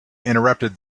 interrupted